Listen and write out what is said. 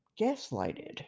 gaslighted